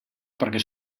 perquè